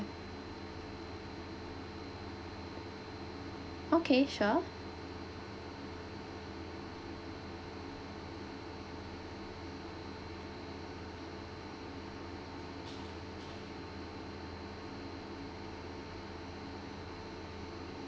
okay sure